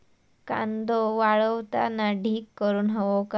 कांदो वाळवताना ढीग करून हवो काय?